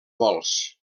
vols